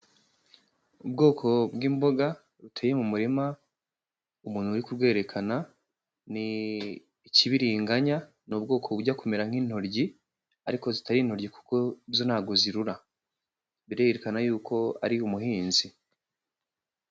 Ubwoko bw'imboga buteye mu murima, umuntu uri kubwerekana, ni ikibiringanya ni ubwoko bujya kumera nk'intoryi ariko zitari intoryi kuko zo ntago zirura, birerekana yuko ari umuhinzi.